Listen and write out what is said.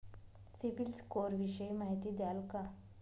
CIBIL score विषयी माहिती द्याल का?